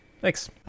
Thanks